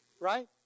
Right